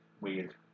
weird